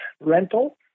rental